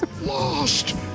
Lost